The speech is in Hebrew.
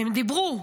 הן דיברו.